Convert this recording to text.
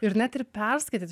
ir net ir perskaityt